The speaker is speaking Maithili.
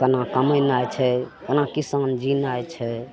कोना कमेनाइ छै कोना किसान जिनाइ छै